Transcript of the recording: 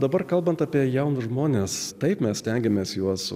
dabar kalbant apie jaunus žmones taip mes stengiamės juos